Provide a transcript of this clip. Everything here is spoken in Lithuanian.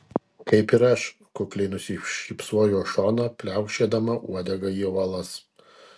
kaip ir aš kukliai nusišypsojo šona pliaukšėdama uodega į uolas